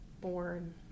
born